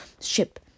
ship